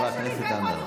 חבר הכנסת עמאר.